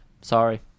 Sorry